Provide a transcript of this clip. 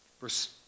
Verse